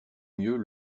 mieux